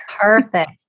Perfect